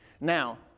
Now